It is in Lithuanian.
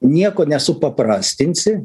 nieko nesupaprastinsi